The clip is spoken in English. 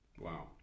Wow